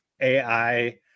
ai